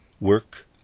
work